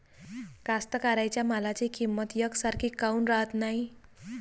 कास्तकाराइच्या मालाची किंमत यकसारखी काऊन राहत नाई?